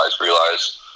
realize